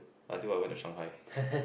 but dude I went to Shanghai